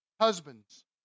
Husbands